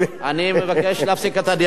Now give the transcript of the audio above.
אני מבקש להפסיק את הדיאלוג.